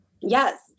Yes